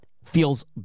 feels